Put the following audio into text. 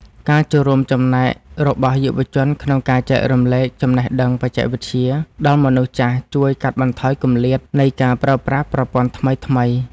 ការចូលរួមចំណែករបស់យុវជនក្នុងការចែករំលែកចំណេះដឹងបច្ចេកវិទ្យាដល់មនុស្សចាស់ជួយកាត់បន្ថយគម្លាតនៃការប្រើប្រាស់ប្រព័ន្ធថ្មីៗ។